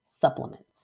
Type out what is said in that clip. supplements